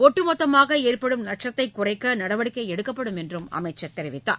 ஒட்டுமொத்தமாக ஏற்படும் நஷ்டத்தை குறைக்க நடவடிக்கை எடுக்கப்படும் என்று அமைச்சர் தெரிவித்தார்